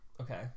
Okay